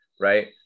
Right